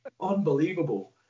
unbelievable